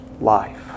life